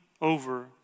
over